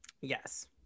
yes